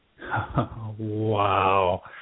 Wow